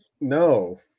No